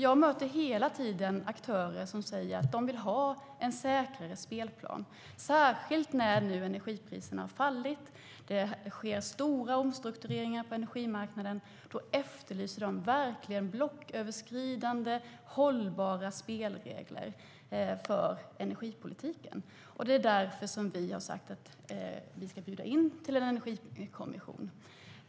Jag möter hela tiden aktörer som säger att de vill ha en säkrare spelplan, särskilt nu när energipriserna har fallit. Det sker stora omstruktureringar på energimarknaden, och då efterlyser de verkligen blocköverskridande hållbara spelregler för energipolitiken. Det är därför som vi har sagt att vi ska bjuda in till en energikommission.